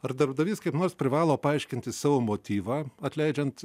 ar darbdavys kaip nors privalo paaiškinti savo motyvą atleidžiant